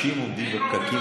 אנשים עומדים בפקקים,